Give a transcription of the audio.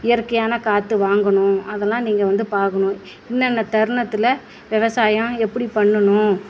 இயற்கையான காற்று வாங்கணும் அதெல்லாம் நீங்கள் வந்து பார்க்கணும் இன்ன இன்ன தருணத்தில் விவசாயம் எப்படி பண்ணணும்